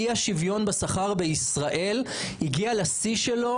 אי השוויון בשכר בישראל הגיע לשיא שלו,